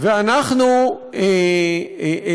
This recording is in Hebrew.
אכן, אכן.